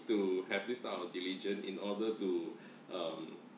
to have this type of a diligent in order to um